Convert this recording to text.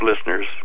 listeners